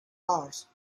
horse